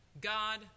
God